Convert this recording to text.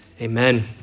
amen